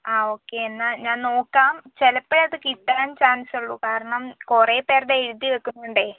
അതെ ഓക്കെ എന്നാൽ ഞാൻ നോക്കാം ചിലപ്പോഴേ അത് കിട്ടാൻ ചാൻസ് ഉള്ളു കാരണം കുറേ പേരുടെ എഴുതി വയ്ക്കുന്നതുകൊണ്ട്